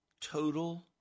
total